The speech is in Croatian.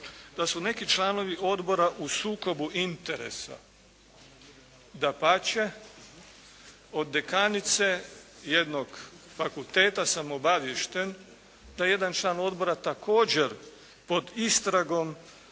da su neki članovi odbora u sukobu interesa. Dapače, od dekanice jednog fakulteta sam obaviješten da jedan član odbora također pod istragom